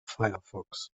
firefox